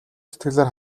сэтгэлээр